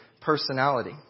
personality